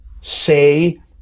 say